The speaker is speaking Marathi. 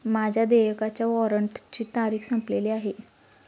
माझ्या देयकाच्या वॉरंटची तारीख संपलेली आहे